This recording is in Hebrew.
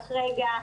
רק רגע.